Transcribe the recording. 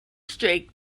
streak